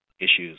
issues